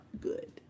good